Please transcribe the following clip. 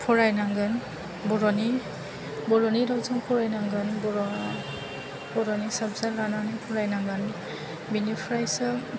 फरायनांगोन बर'नि बर'नि रावजों फरायनांगोन बर' बर'नि साबजेत लानानै फरायनांगोन बिनिफ्रायसो